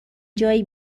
جایی